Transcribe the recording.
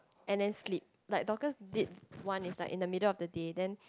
and then sleep like Dockers did one is like in the middle of the day then